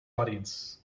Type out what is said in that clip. audience